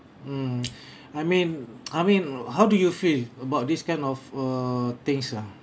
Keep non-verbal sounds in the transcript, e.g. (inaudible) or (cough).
mm (noise) I mean (noise) I mean how do you feel about this kind of err things lah